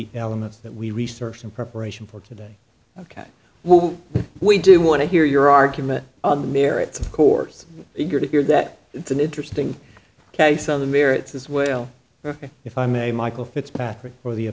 the elements that we researched in preparation for today well we do want to hear your argument on the merits of course eager to hear that it's an interesting case on the merits as well if i may michael fitzpatrick or the